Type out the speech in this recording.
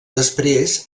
després